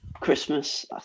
Christmas